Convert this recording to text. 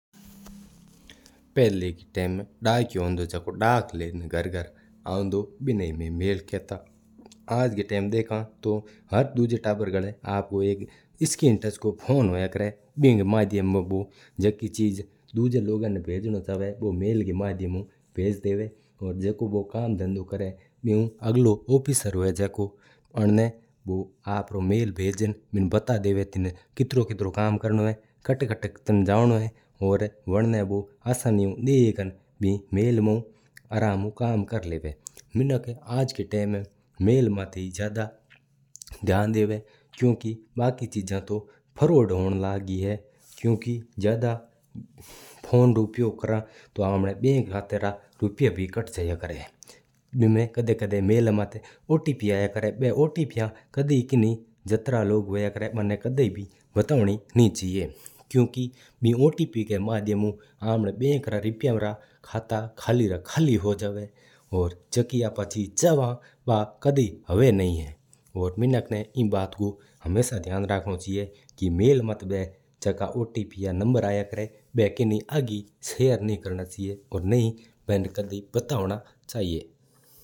पहला का टाइम देखियो आंडो जो घर-घर आंडो बिना ही मी मेल खात है। आज का टाइम देखा तो हर दोजा तबर्र गलला एक स्क्रीन टच मोबाइल है बिका माध्यमं बू दोजा ना बू भेजनोचहवे बू मेल का माध्यम ऊ भेज सका है। और ककरू कम्म कर बू मेल ऑफिसर ना भेज देवा और बिना कम्म हो जवा। बिना बता देवा की बिना कित्रो कित्रो कम्म करनो है और कत्ता कत्ता जावनो है और बी मेल ना आसानी ऊ देखना आराम ऊ कम्म कर लेवा।